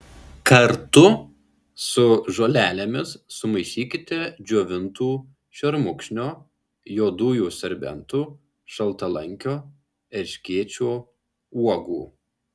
kartu su žolelėmis sumaišykite džiovintų šermukšnio juodųjų serbentų šaltalankio erškėčio uogų